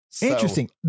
Interesting